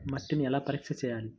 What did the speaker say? మట్టిని ఎలా పరీక్ష చేయాలి?